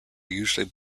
usually